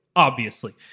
obviously.